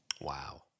Wow